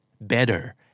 better